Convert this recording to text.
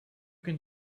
can